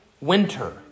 winter